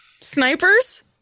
Snipers